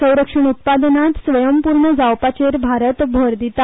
संरक्षण उत्पादनांत स्वयंपूर्ण जावपाचेर भारत भर दिता